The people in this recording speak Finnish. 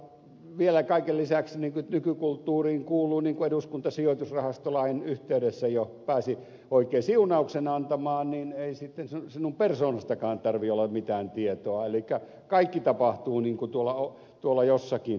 ja vielä kaiken lisäksi niin kuin nykykulttuuriin kuuluu johon eduskunta sijoitusrahastolain yhteydessä jo pääsi oikein siunauksen antamaan niin ei sitten persoonastasikaan tarvitse olla mitään tietoa elikkä kaikki tapahtuu niin kuin tuolla jossakin